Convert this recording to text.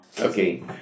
okay